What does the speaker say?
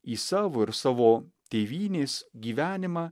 į savo ir savo tėvynės gyvenimą